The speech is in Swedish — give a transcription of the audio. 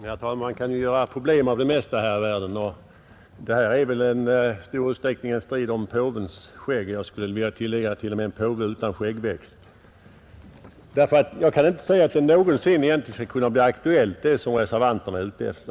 Herr talman! Man kan göra problem av det mesta här i världen, och detta är väl i stor utsträckning en strid om påvens skägg — jag skulle vilja tillägga: en påve utan skäggväxt. Jag kan inte se att det som reservanterna är ute efter någonsin kan bli aktuellt.